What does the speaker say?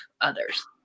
others